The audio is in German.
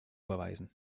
verweisen